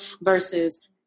versus